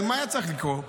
מה היה צריך לקרות?